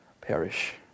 perish